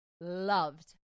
loved